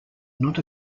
not